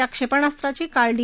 या क्षेपणास्त्राची काल डी